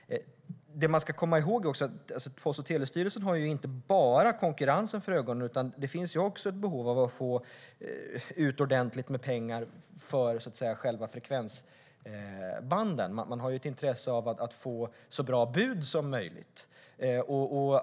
Det man också ska komma ihåg är att Post och telestyrelsen inte bara har konkurrensen för ögonen. Det finns också ett behov av att få ut ordentligt med pengar för, så att säga, själva frekvensbanden. Man har ett intresse av att få så bra bud som möjligt.